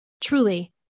Truly